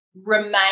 remain